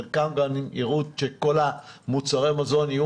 חלקם גם יראו שכל מוצרי המזון יהיו